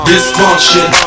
Dysfunction